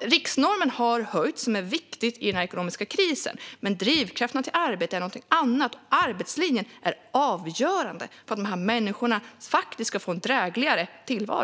Riksnormen har alltså höjts, vilket är viktigt i den ekonomiska krisen, men drivkrafterna till arbete är något annat. Arbetslinjen är avgörande för att dessa människor faktiskt ska få en drägligare tillvaro.